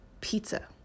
pizza